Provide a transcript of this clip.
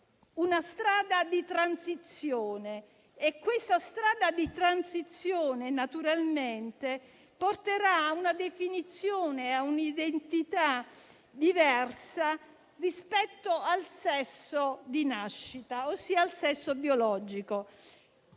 una strada di transizione. Questa strada di transizione, naturalmente, porterà ad una definizione e a un'identità diversa rispetto al sesso di nascita, ossia il sesso biologico.